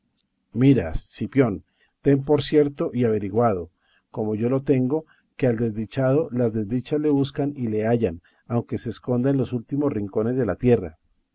mira cipión ten por cierto y averiguado como yo lo tengo que al desdichado las desdichas le buscan y le hallan aunque se esconda en los últimos rincones de la tierra